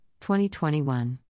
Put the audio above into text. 2021